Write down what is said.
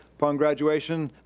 upon graduation,